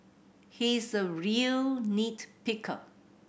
he's a real nit picker